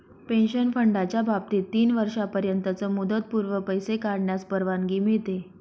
pension फंडाच्या बाबतीत तीन वर्षांनंतरच मुदतपूर्व पैसे काढण्यास परवानगी मिळते